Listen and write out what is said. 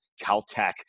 Caltech